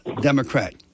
Democrat